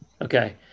Okay